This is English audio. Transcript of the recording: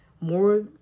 more